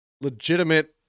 legitimate